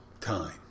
time